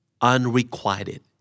Unrequited